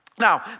Now